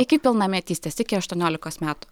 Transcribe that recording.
iki pilnametystės iki aštuoniolikos metų